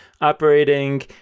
operating